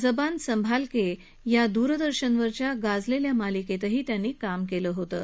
जबान संभालके या दरदर्शनवरच्या गाजलेल्या मालिकेतही त्यांनी काम केलं होतं